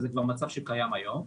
וזה כבר מצב שקיים היום,